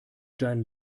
dein